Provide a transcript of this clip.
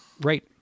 Right